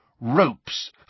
Ropes